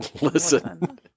Listen